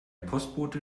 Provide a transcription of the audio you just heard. postbote